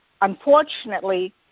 unfortunately